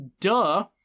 duh